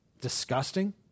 disgusting